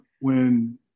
when-